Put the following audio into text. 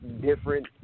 different